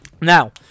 Now